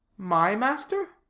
my master?